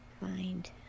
find